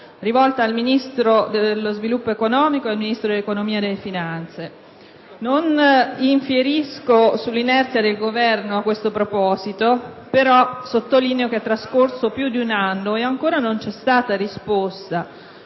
rivolta al Ministro dello sviluppo economico e al Ministro dell'economia e finanze. Non infierisco sull'inerzia del Governo a questo proposito, però sottolineo che è trascorso più di un anno e ancora non c'è stata risposta